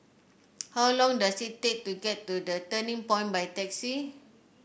how long does it take to get to The Turning Point by taxi